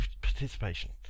participation